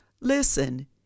Listen